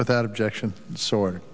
without objection sword